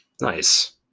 Nice